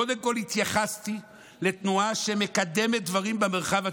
קודם כול התייחסתי לתנועה שמקדמת דברים במרחב הציבורי,